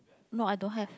no I don't have